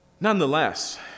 Nonetheless